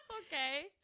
Okay